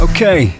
Okay